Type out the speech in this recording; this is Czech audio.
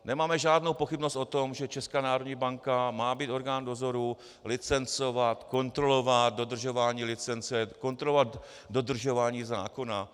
Nemáme žádnou pochybnost o tom, že Česká národní banka má být orgán dozoru, licencovat, kontrolovat dodržování licence, kontrolovat dodržování zákona.